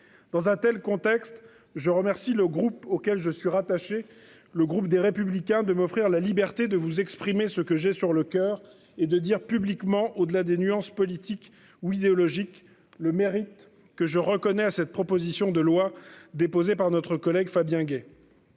Dans un tel contexte, je remercie le groupe auquel je suis rattaché le groupe des Républicains de m'offrir la liberté de vous exprimer ce que j'ai sur le coeur et de dire publiquement au-delà des nuances politiques ou idéologiques, le mérite que je reconnais à cette proposition de loi déposée par notre collègue Fabien Gay.--